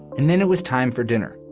and then it was time for dinner.